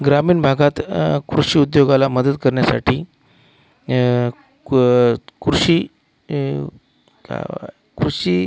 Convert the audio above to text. ग्रामीण भागात कृषी उद्योगाला मदत करण्यासाठी क कृषी कुषी